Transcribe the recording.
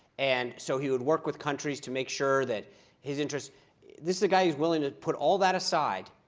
and so he would work with countries to make sure that his interests this is a guy who's willing to put all that aside,